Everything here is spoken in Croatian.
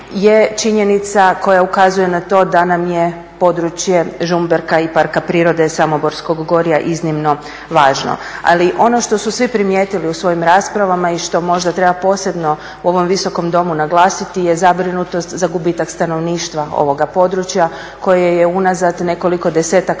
je činjenica koja ukazuje na to da nam je područje Žumberka i Parka prirode Samoborskog gorja iznimno važno. Ali ono što su svi primijetili u svojim raspravama i što možda treba posebno u ovom Visokom domu naglasiti je zabrinutost za gubitak stanovništva ovoga područja koje je unazad nekoliko desetaka